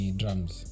drums